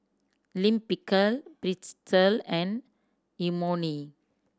Lime Pickle Pretzel and Imoni